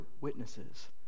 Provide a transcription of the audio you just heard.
witnesses